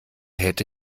hätte